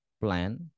plan